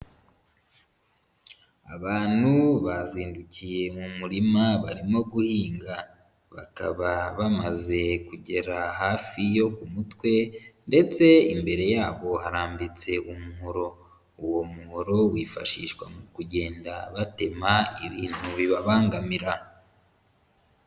Abantu bazindukiye mu murima barimo guhinga, bakaba bamaze kugera hafi yo ku mutwe ndetse imbere yabo harambitse umuhoro, uwo muhoro wifashishwa mu kugenda batema ibintu bibabangamira.